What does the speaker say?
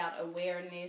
awareness